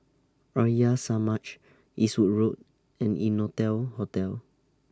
Arya Samaj Eastwood Road and Innotel Hotel